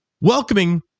Welcoming